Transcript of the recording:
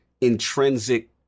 intrinsic